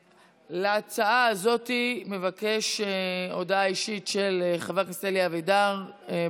להצעה הזאת מבקש חבר הכנסת אלי אבידר הודעה אישית,